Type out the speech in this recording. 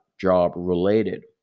job-related